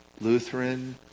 Lutheran